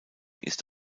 ist